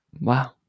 Wow